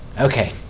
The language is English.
okay